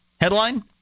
Headline